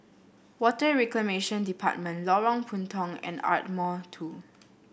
Water Reclamation Department Lorong Puntong and Ardmore Two